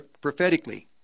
prophetically